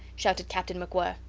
shouted captain macwhirr.